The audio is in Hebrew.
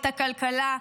את הכלכלה,